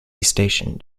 stationed